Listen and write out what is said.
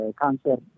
cancer